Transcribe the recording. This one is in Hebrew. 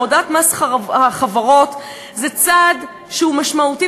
הורדת מס החברות זה צעד שהוא משמעותי,